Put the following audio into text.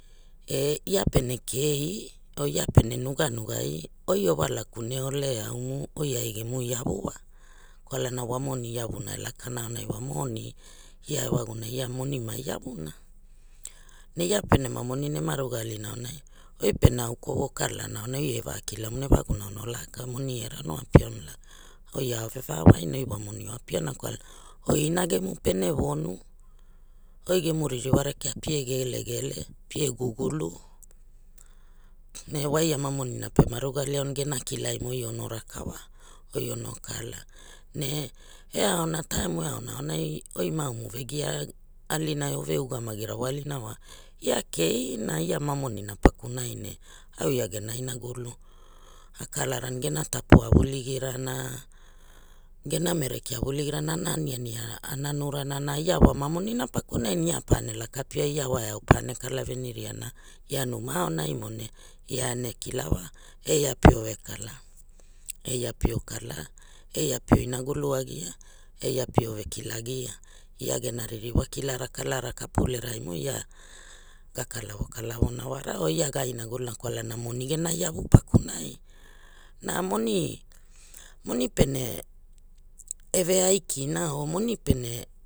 E ia pene kei or ia pene nuganugai oi owala gune ole aumu oi ai gemu iova wa kwalana wa moni iavuna e lakana aunai wa moni ia ewguna ia moni ma iavuna e lakana auna wa moni ia ewaguna ia moni ma iavuna ne ia pene ma monina ema ruga alu a aunai oi pe nu kwana okalana aunai oi eva kilamuna ewaguna ono laka moni era ono apia ono laka oi a ove va waina oi wa moni o apiana kwalana oi inagemu pere vonu oi gemu ririwa rekea pie gele gele pie gugulu ne wa ia ma monina pema ruga alu auna gera kilai mo oi ono raka wa oi ono kala ne e aona taim e aona aunai oi ma omu ove gia alina e ove ugamagi rawalina wa ia kei na ia ma monina pakunai ne au ia gena inagulu a kalarana gena tapua a vuligirana gena merki a vuligarana ana ani ani a nanunarana na ia wa ma monia pakunai ne ia pene laka piai ia wa eau pana kala veniria na ia numa aonai mo ne ia ene kila wa e ia pio ve kala e ia pio kala e pio inagulu agia e ia pio ve kilagia ia gena ririwa kilara kalra kapulea raimo ia ia ga kalavo kalavo na wara wa ia ga inaguluna kwalana moni gen iavu pakunai na moni, moni pere eve aikina or moni pere.